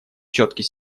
четкий